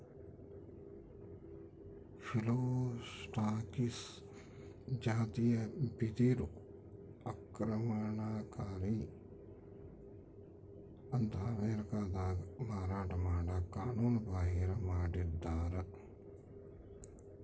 Phyllostachys ಜಾತಿಯ ಬಿದಿರು ಆಕ್ರಮಣಕಾರಿ ಅಂತ ಅಮೇರಿಕಾದಾಗ ಮಾರಾಟ ಮಾಡಕ ಕಾನೂನುಬಾಹಿರ ಮಾಡಿದ್ದಾರ